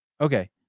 Okay